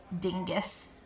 dingus